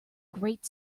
great